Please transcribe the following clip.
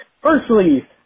Firstly